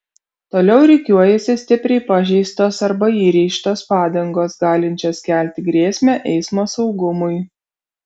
toliau rikiuojasi stipriai pažeistos arba įrėžtos padangos galinčios kelti grėsmę eismo saugumui